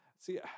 See